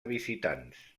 visitants